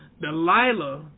Delilah